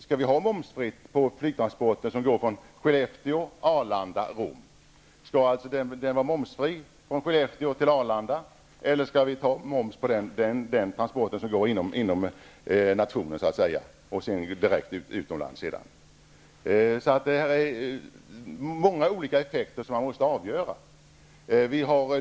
Skall flygtransporter från Skellefteå till Arlanda och vidare till Rom vara momsbefriade, eller skall moms tas ut på den del av transporten som sker inom nationen? Det är alltså många olika effekter som man måste ta ställning till.